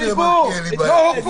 נהרגו, לא הוכו.